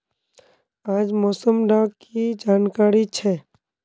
आज मौसम डा की जानकारी छै?